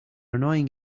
annoying